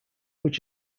which